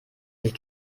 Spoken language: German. sich